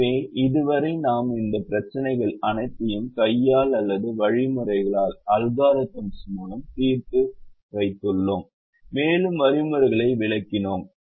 எனவே இதுவரை நாம் இந்த பிரச்சினைகள் அனைத்தையும் கையால் அல்லது வழிமுறைகளால் தீர்த்து வைத்துள்ளோம் மேலும் வழிமுறைகளை விளக்கினோம்